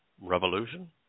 revolution